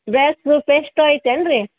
ಭೇಸ್ದು paste ಐತೇನು ರಿ